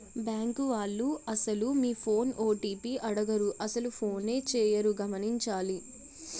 bank వాళ్లు అసలు మీ ఫోన్ ఓ.టి.పి అడగరు అసలు ఫోనే చేయరు గమనించాలి